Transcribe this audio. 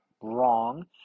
Wrong